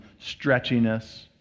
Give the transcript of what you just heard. stretchiness